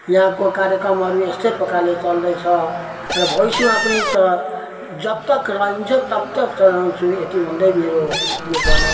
यहाँको कार्यक्रमहरू यस्तै प्रकारले चल्दैछ र भविष्यमा पनि च जबतक रहन्छ तबतक चलाउँछु यति भन्दै मेरो यो भनाइ